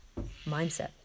mindset